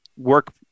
Work